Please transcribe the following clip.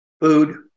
food